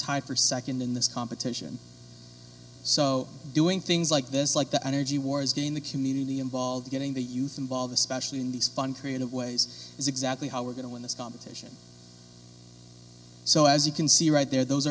for second in this competition so doing things like this like the energy wars game the community involved getting the youth involved especially in these fun creative ways is exactly how we're going to win this competition so as you can see right there those